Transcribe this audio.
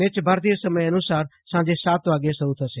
match ભારતીય સમયાનુસાર સાંજે સાત વાગ્યે શરુ થશે